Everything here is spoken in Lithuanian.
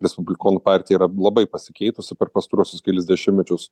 respublikonų partija yra labai pasikeitusi per pastaruosius kelis dešimtmečius